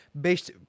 based